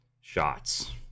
shots